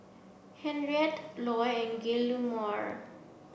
Henriette Loy and Guillermo